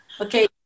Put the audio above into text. Okay